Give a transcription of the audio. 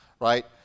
right